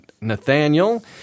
Nathaniel